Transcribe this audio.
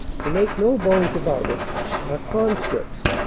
to make no bones about it, are con scripts,